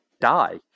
die